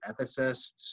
ethicists